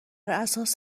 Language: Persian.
اساس